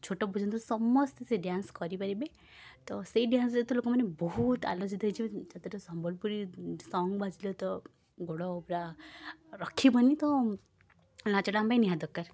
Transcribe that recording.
ଛୋଟ ପର୍ଯ୍ୟନ୍ତ ସମସ୍ତେ ସେ ଡ୍ୟାନ୍ସ କରିପାରିବେ ତ ସେହି ଡ୍ୟାନ୍ସ ଯେହେତୁ ଲୋକମାନେ ବହୁତ ଆଲୋଚିତ ହେଇଛି ସେଥିରେ ସମ୍ବଲପୁରୀ ଉଁ ସଙ୍ଗ ବାଜିଲେ ତ ଗୋଡ଼ ପୂରା ରଖିବନି ତ ନାଚଟା ଆମ ପାଇଁ ନିହାତି ଦରକାର